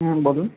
হুম বলুন